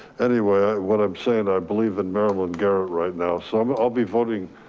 anyway, what i'm saying, i believe in maryland garrett right now. so i'm, i'll be voting.